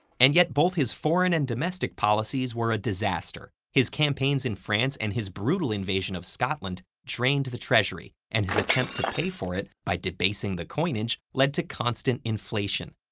and yet both his foreign and domestic policies were a disaster. his campaigns in france and his brutal invasion of scotland drained the treasury, and his attempt to pay for it by debasing the coinage led to constant inflation.